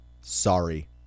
Sorry